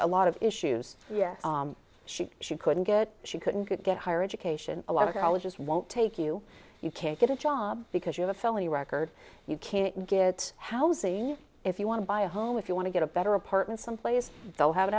a lot of issues yet she she couldn't get she couldn't get higher education a lot of colleges won't take you you can't get a job because you have a felony record you can't get housing if you want to buy a home if you want to get a better apartment someplace they'll have an